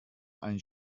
ein